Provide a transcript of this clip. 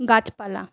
গাছপালা